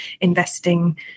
investing